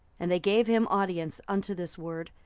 and they gave him audience unto this word,